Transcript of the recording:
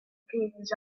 pins